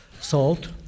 Salt